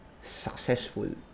successful